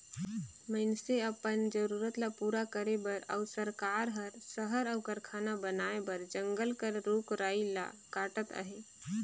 मइनसे मन अपन जरूरत ल पूरा करे बर अउ सरकार हर सहर अउ कारखाना बनाए बर जंगल कर रूख राई ल काटत अहे